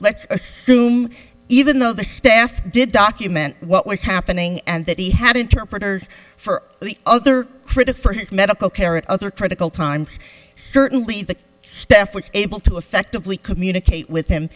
let's assume even though the staff did document what was happening and that he had interpreters for other critics for his medical care or other critical times certainly the staff was able to effectively communicate with him